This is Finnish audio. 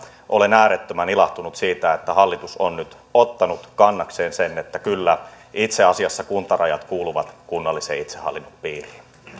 olen äärettömän ilahtunut siitä että hallitus on nyt ottanut kannakseen sen että kyllä itse asiassa kuntarajat kuuluvat kunnallisen itsehallinnon piiriin